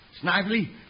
Snively